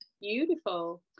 Beautiful